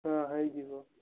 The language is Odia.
ହଁ ହେଇଯିବ